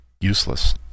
useless